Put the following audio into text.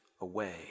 away